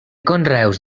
conreus